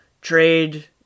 trade